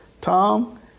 Tom